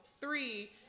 Three